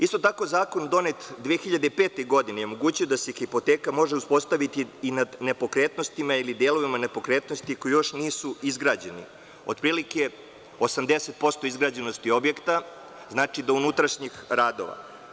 Isto tako zakon donet 2005. godine je omogućio da se hipoteka može uspostaviti i na nepokretnostima ili delovima nepokretnosti koji još nisu izgrađeni, otprilike 80% izgrađenosti objekta, znači do unutrašnjih radova.